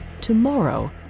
tomorrow